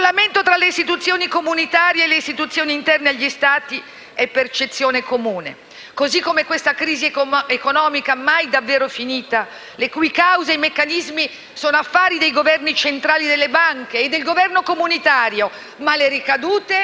Lo scollamento tra le istituzioni comunitarie e le istituzioni interne agli Stati è percezione comune, così come questa crisi economica mai davvero finita, le cui cause e meccanismi sono affari dei Governi centrali delle banche e del Governo comunitario, ma le cui ricadute